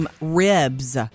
ribs